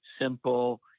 simple